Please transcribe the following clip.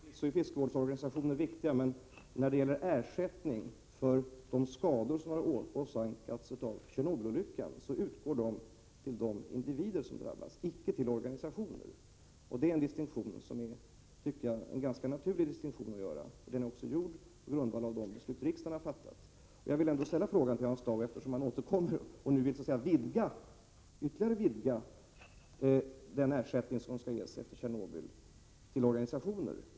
Herr talman! Förvisso är fiskevårdsorganisationer viktiga, men ersättning för de skador som åsamkats genom Tjernobylolyckan utgår till de individer som drabbats och icke till organisationer. Det tycker jag är en ganska naturlig distinktion. Härvid utgår man också från de beslut som riksdagen har fattat. Hans Dau återkommer och vill vidga ersättningen efter Tjernobylolyckan så att den skall kunna ges också till organisationer.